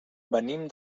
venim